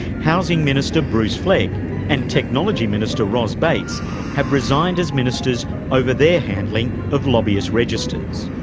housing minister bruce flegg and technology minister ros bates have resigned as ministers over their handling of lobbyist registers.